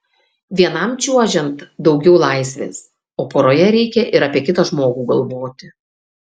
vienam čiuožiant daugiau laisvės o poroje reikia ir apie kitą žmogų galvoti